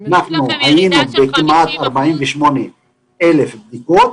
עלינו בכמעט 48,000 בדיקות